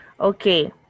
Okay